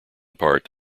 point